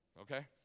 Okay